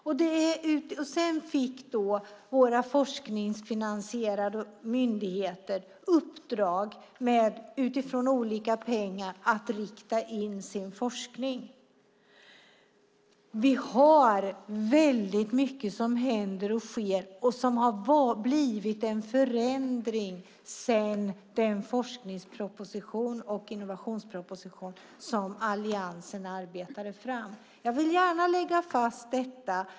Sedan fick våra forskningsfinansierade myndigheter uppdrag utifrån olika pengar att rikta in sin forskning. Det är väldigt mycket som händer och sker. Det har blivit en förändring sedan Alliansen arbetade fram den forsknings och innovationspropositionen. Jag vill gärna lägga fast detta.